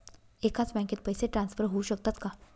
एकाच बँकेत पैसे ट्रान्सफर होऊ शकतात का?